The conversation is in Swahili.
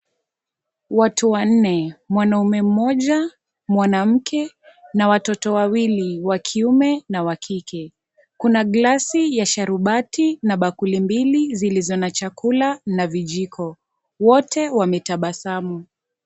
Watu wanne, mwanamme mmoja, mwanamke na watoto wawili wa kiume na wa kike, kuna glasi ya sharubati na bakuli mbili zilizo na chakula na vijiko, wote wametabasamu.